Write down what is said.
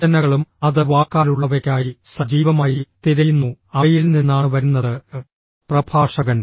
സൂചനകളും അത് വാക്കാലുള്ളവയ്ക്കായി സജീവമായി തിരയുന്നു അവയിൽ നിന്നാണ് വരുന്നത് പ്രഭാഷകൻ